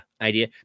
idea